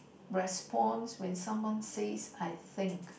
response when someone says I think